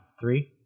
Three